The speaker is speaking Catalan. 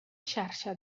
xarxa